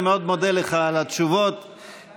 אני מאוד מודה לך על התשובות המפורטות,